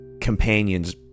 Companions